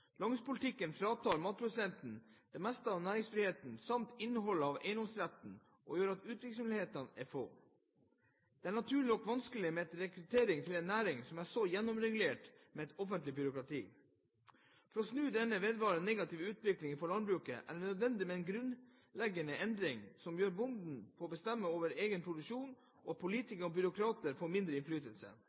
Landbrukspolitikken fratar matprodusentene det meste av næringsfriheten samt innholdet av eiendomsretten og gjør at utviklingsmulighetene er få. Det er naturlig nok vanskelig med rekruttering til en næring som er så gjennomregulert med et omfattende byråkrati. For å snu denne vedvarende negative utviklingen for landbruket er det nødvendig med grunnleggende endringer som gjør at bonden får bestemme mer over egen produksjon og at politikere og byråkrater får mindre innflytelse.